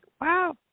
Wow